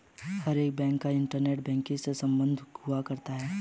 हर एक बैंक का internet banking से सम्बन्ध हुआ करता है